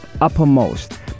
uppermost